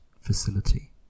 facility